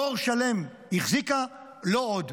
דור שלם החזיקה, לא עוד.